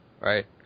right